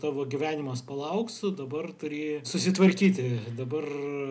tavo gyvenimas palauks dabar turi susitvarkyti dabar